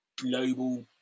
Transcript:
global